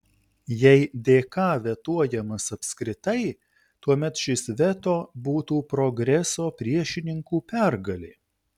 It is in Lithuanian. jei dk vetuojamas apskritai tuomet šis veto būtų progreso priešininkų pergalė